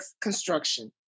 Construction